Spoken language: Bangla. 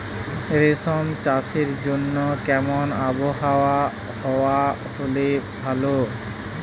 রেশম চাষের জন্য কেমন আবহাওয়া হাওয়া হলে ভালো?